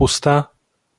kapusta